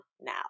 now